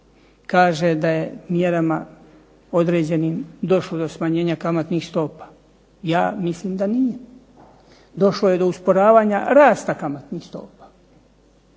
kaže da je mjerama određenim došlo do smanjenja kamatnih stopa. Ja mislim da nije. Došlo je do usporavanja rasta kamatnih stopa,